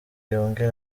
yongere